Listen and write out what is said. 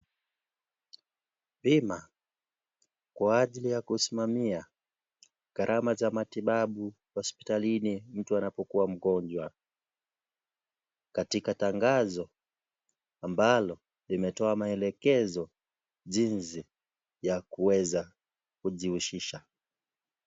Bima kwa ajili ya kusimamia gharama za matibabu hospitalini mtu anapokuwa mgonjwa .Katika tangazo ambalo limetoa maelekezo jinsi ya kuweza kujihusisha.